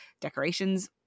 decorations